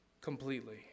completely